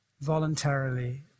voluntarily